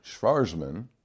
Schwarzman